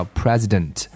president